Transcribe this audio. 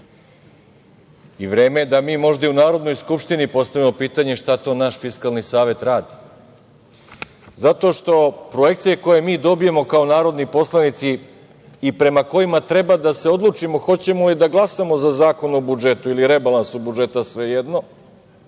Vreme je da mi možda u Narodnoj skupštini postavimo pitanje – šta to naš Fiskalni savet radi? Projekcije koje mi dobijamo, kao narodni poslanici, i prema kojima treba da se odlučimo hoćemo li da glasamo za Zakon o budžetu ili rebalansu budžeta, svejedno,